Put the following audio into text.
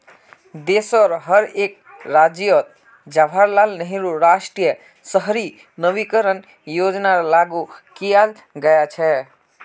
देशोंर हर एक राज्यअत जवाहरलाल नेहरू राष्ट्रीय शहरी नवीकरण योजनाक लागू कियाल गया छ